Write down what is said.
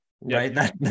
right